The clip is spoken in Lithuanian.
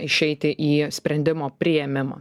išeiti į sprendimo priėmimą